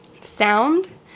sound